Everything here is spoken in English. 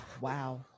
Wow